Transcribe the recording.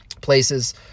places